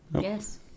Yes